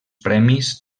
premis